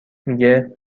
میگه